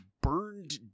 burned